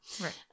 Right